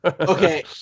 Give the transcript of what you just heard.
Okay